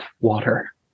water